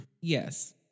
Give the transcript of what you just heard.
Yes